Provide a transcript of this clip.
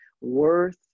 worth